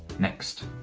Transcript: next,